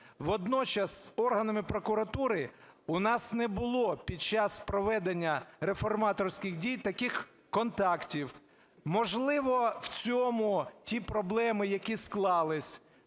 Водночас з органами прокуратури у нас не було під час проведення реформаторських дій таких контактів. Можливо, в цьому ті проблеми, які склалися,